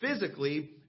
physically